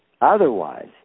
Otherwise